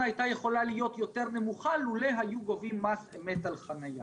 הייתה יכולה להיות יותר נמוכה לולא היו גובים מס מת על חנייה.